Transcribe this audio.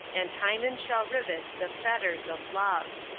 and hymen shall rivet the fetters of love.